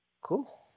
Cool